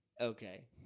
Okay